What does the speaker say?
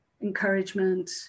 encouragement